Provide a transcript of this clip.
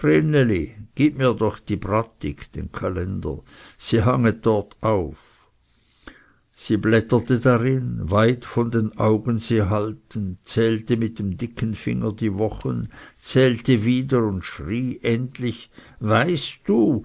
gib mir doch die brattig sie hanget dort auf sie blätterte darin weit von den augen sie haltend zählte mit dem dicken finger die wochen zählte wieder und schrie endlich weißt du